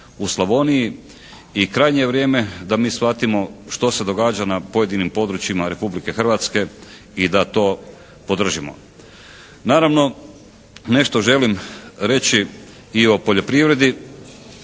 u Slavoniji. I krajnje je vrijeme da mi shvatimo što se događa na pojedinim područjima Republike Hrvatske i da to podržimo. Naravno nešto želim reći i o poljoprivredi.